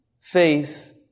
Faith